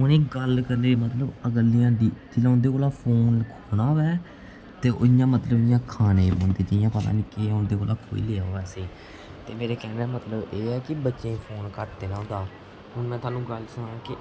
उ'नेंगी गल्ल करने दी मतलब अकल नेईं औंदी जिसलै उं'दे कोला फोन लैना होऐ ते इ'यां मतलब इ'यां खाने गी पौंदे जि'यां पता नेईं के उं'दे कोला खोई लेआ होऐ असें ते में कैह्ने दा मतलब एह् ऐ कि बच्चें गी फोन घट्ट देना होंदा हून में थुआनूं गल्ल सनांऽ कि